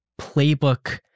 playbook